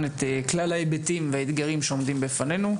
את כלל ההיבטים והאתגרים העומדים לפנינו.